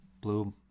blue